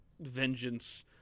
vengeance